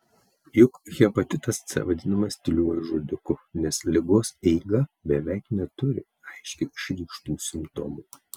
juk hepatitas c vadinamas tyliuoju žudiku nes ligos eiga beveik neturi aiškiai išreikštų simptomų